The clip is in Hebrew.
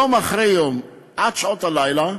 יום אחרי יום, עד שעות הלילה,